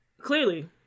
Clearly